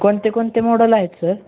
कोणते कोणते मॉडल आहेत सर